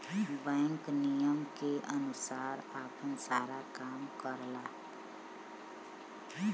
bank नियम के अनुसार आपन सारा काम करला